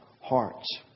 hearts